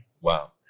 Wow